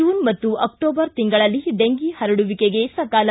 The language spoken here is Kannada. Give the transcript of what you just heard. ಜೂನ್ ಮತ್ತು ಅಕ್ಟೋಬರ್ ತಿಂಗಳಲ್ಲಿ ಡೆಂಗಿ ಹರಡುವಿಕೆಗೆ ಸಕಾಲ